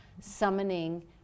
summoning